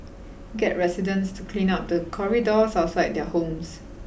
get residents to clean up the corridors outside their homes